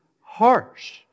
harsh